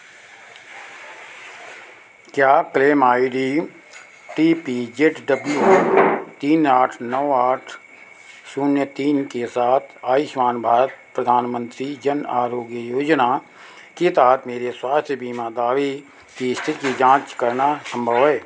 क्या claim I D T P Z W तीन आठ नौ आठ शून्य तीन के साथ आयुष्मान भारत प्रधानमंत्री जन आरोग्य योजना के तहत मेरे स्वास्थ्य बीमा दावे की स्थिति की जाँच करना संभव है